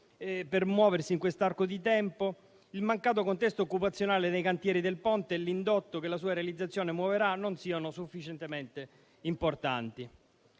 per muoversi, il mancato contesto occupazionale nei cantieri del Ponte e l'indotto che la sua realizzazione muoverà non siano sufficientemente importanti.